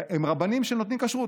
והם רבנים שנותנים כשרות.